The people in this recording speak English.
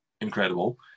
incredible